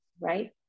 right